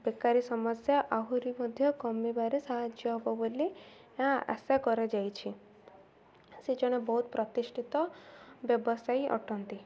ବେକାରୀ ସମସ୍ୟା ଆହୁରି ମଧ୍ୟ କମିବାରେ ସାହାଯ୍ୟ ହବ ବୋଲି ଏହା ଆଶା କରାଯାଇଛି ସେ ଜଣେ ବହୁତ ପ୍ରତିଷ୍ଠିତ ବ୍ୟବସାୟୀ ଅଟନ୍ତି